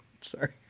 Sorry